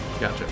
Gotcha